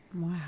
Wow